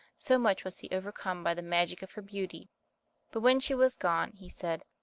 so much was he overcome by the magic of her beauty but when she was gone, he said,